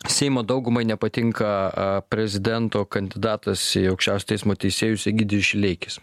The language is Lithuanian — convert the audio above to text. seimo daugumai nepatinka prezidento kandidatas į aukščiausiojo teismo teisėjus egidijus šileikis